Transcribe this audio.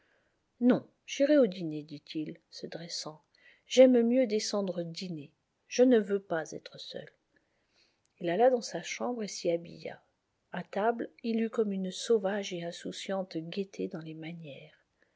non j'irai dîner dit-il se dressant j'aime mieux descendre dîner je ne veux pas être seul il alla dans sa chambre et s'y habilla a table il eut comme une sauvage et insouciante gaîté dans les manières